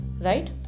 right